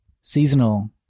seasonal